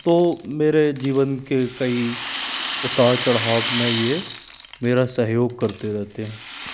तो मेरे जीवन के कई उतार चढ़ाव में ये मेरा सहयोग करते रहते हैं